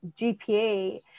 GPA